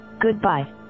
Goodbye